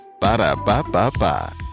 Ba-da-ba-ba-ba